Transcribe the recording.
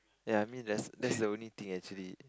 ya I mean that's that's the only thing actually